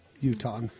Utah